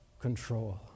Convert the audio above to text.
control